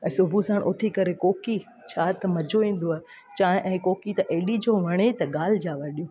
सुबुहु साणि उथी करे कोकी छा त मज़ो ईंदो आहे चांहि ऐं कोकी त हेॾी जो वणे त ॻाल्हि जा वॾी